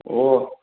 ꯑꯣ